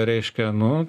reiškia nu